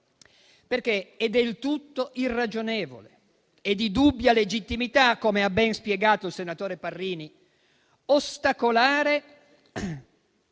perché è del tutto irragionevole e di dubbia legittimità - come ha ben spiegato il senatore Parrini - ostacolare